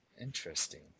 Interesting